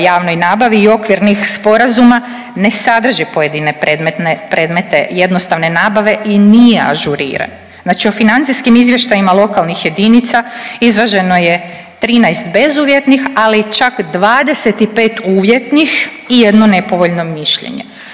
javnoj nabavi i okvirnih sporazuma ne sadrži pojedine predmetne, predmete jednostavne nabave i nije ažuriran. Znači o financijskim izvještajima lokalnih jedinica izraženo je 13 bezuvjetnih, ali čak 25 uvjetnih i jedno nepovoljno mišljenje.